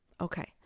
Okay